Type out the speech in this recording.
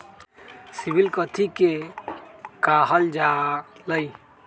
CIBIL कथि के काहल जा लई?